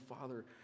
Father